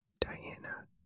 Diana